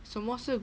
什么是